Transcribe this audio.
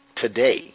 today